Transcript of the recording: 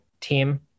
team